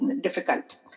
difficult